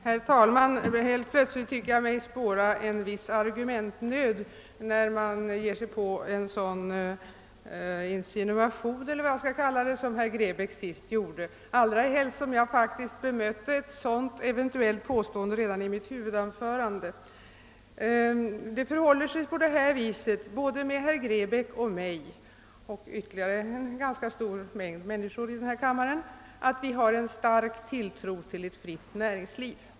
Herr talman! Helt plötsligt tycker jag mig spåra en viss argumentnöd, när herr Grebäck i slutet av sitt anförande använder sig av en sådan insinuation, eller vad jag skall kalla det. Jag bemötte ett sådant eventuellt påstående redan i mitt huvudanförande. Både herr Grebäck, jag och ytterligare många i denna kammare har en stark tilltro till ett fritt näringsliv.